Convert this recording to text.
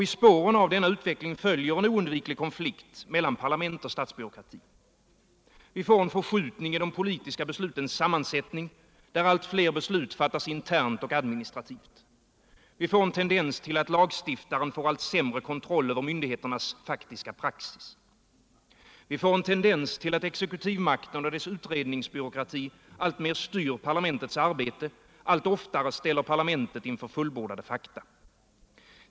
I spåren av denna utveckling följer en oundviklig konflikt mellan parlament och statsbyråkrati. Vi får en förskjutning i de politiska beslutens sammansättning, där allt fler beslut fattas internt och administrativt. Vi får en tendens till att lagstiftaren får allt sämre kontroll över myndigheternas faktiska praxis. Vi får en tendens till att exekutivmakten och dess utredningsbyråkrati alltmer styr parlamentets arbete, allt oftare ställer parlamentet inför fullbordade fakta.